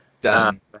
Done